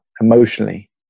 emotionally